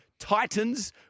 Titans